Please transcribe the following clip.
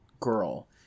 girl